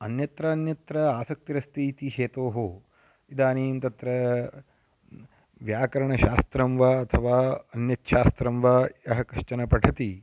अन्यत्र अन्यत्र आसक्तिरस्ति इति हेतोः इदानीं तत्रा व्याकरणशास्त्रं वा अथवा अन्यच्छास्त्रं वा यः कश्चन पठति